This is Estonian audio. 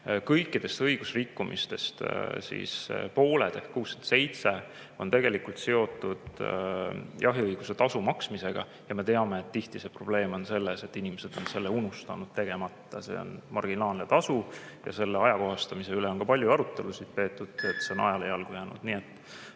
Kõikidest õigusrikkumistest pooled ehk 67 on tegelikult seotud jahiõiguse tasu maksmisega. Me teame, et tihti on probleem selles, et inimesed on selle unustanud tegemata, aga see on marginaalne tasu. Selle ajakohastamise üle on palju arutelusid peetud, see on ajale jalgu jäänud.